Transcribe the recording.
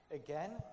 again